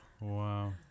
Wow